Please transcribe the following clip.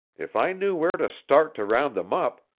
if i knew where to start to round them up,